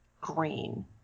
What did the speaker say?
green